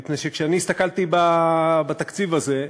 מפני שכשאני הסתכלתי בתקציב הזה,